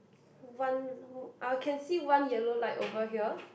one I can see one yellow light over here